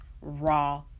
raw